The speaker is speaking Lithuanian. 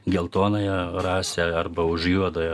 geltonąją rasę arba už juodąją